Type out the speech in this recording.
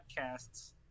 podcasts